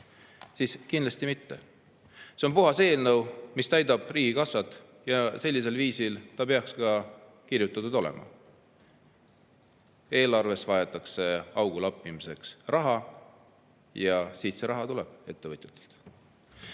Kindlasti mitte! See on eelnõu, mis täidab riigikassat, ja sellisel viisil see peaks ka kirjutatud olema. Eelarvesse vajatakse augu lappimiseks raha ja see raha tuleb ettevõtjatelt.